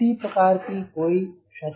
किसी प्रकार की कोई क्षति नहीं है